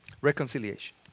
Reconciliation